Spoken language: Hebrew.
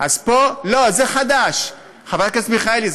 זה חדש, חברת הכנסת מיכאלי.